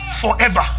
forever